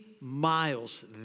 miles